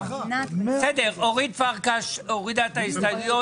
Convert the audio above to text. אורית פרקש הורידה את ההסתייגויות.